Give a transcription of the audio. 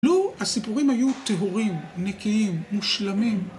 לו הסיפורים היו טהורים, נקיים, מושלמים.